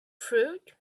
fruit